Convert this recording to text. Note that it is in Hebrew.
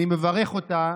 אני מברך אותה